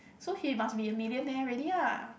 so he must be a millionaire already lah